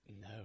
No